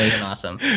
awesome